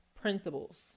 principles